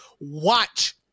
watch